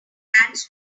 hands